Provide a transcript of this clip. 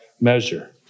measure